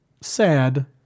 sad